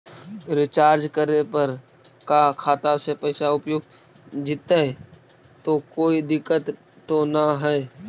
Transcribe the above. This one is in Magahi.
रीचार्ज करे पर का खाता से पैसा उपयुक्त जितै तो कोई दिक्कत तो ना है?